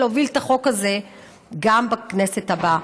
ולהוביל את החוק הזה גם בכנסת הבאה.